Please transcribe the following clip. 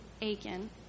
Aiken